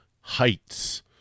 heights